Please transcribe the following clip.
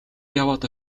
яваад